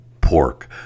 pork